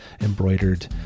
embroidered